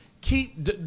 keep